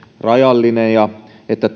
rajallinen ja että